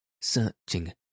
searching